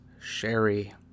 Sherry